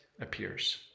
appears